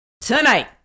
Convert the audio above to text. Tonight